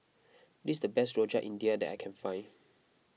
this is the best Rojak India that I can find